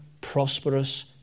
prosperous